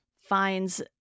finds